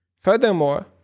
Furthermore